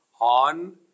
on